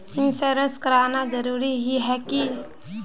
Insurance कराना जरूरी ही है की?